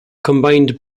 combined